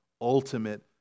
ultimate